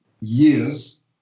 years